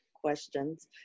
questions